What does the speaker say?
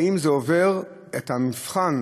האם זה עובר את המבחן